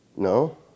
No